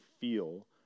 feel